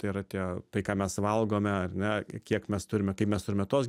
tai yra tie tai ką mes valgome ar ne kiek mes turime kaip mes turime tuos